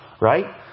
right